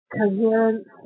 coherence